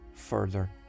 further